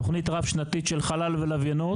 תוכנית רב שנתית של חלל ולווייניות,